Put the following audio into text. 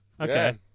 Okay